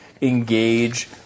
engage